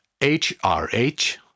HRH